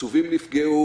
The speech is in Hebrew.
התקצוב נפגע,